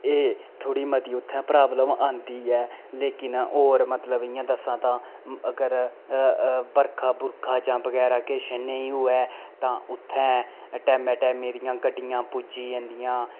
एह् थोह्ड़ी मती उत्थै प्राब्लम आंदी ऐ लेकिन होर मतलब इ'यां दस्सां तां अगर बरखा बुरखा जां बगैरा किश नेईं होऐ तां उत्थैं टैमै टैमै दियां गड्डियां पुज्जी जंदियां